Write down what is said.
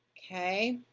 okay,